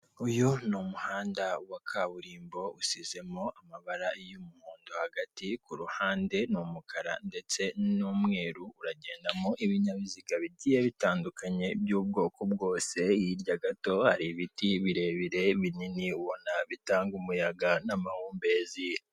Uyu ni umuhanda wa kaburimbo usizemo amabara hagati ku ruhande ni umukara, ndetse n'umweru uragendamo ibinyabiziga bigiye bitandukanye by'ubwoko bwose, hirya gato ibiti birebire binini ubona bitanga umuyaga n'amahumbezi.